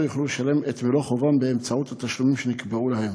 יוכלו לשלם את מלוא חובם באמצעות התשלומים שנקבעו להם.